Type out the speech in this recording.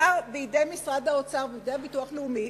נשאר בידי משרד האוצר ובידי הביטוח הלאומי,